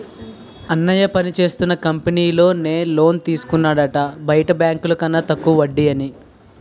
అన్నయ్య పనిచేస్తున్న కంపెనీలో నే లోన్ తీసుకున్నాడట బయట బాంకుల కన్న తక్కువ వడ్డీ అని